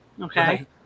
Okay